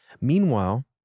Meanwhile